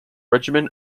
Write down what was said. regimen